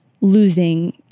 losing